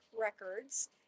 records